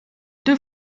deux